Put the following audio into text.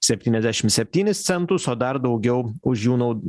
septyniasdešimt septynis centus o dar daugiau už jų naud